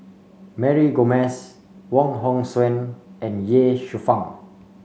Mary Gomes Wong Hong Suen and Ye Shufang